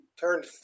turned